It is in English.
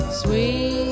sweet